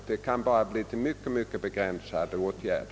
Sådan kan utgå endast i synnerligen begränsad omfattning.